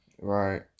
Right